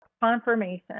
confirmation